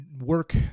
work